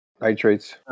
nitrates